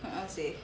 a'ah seh